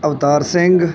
Avtar Singh